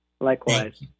Likewise